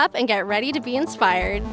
up and get ready to be inspired